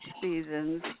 seasons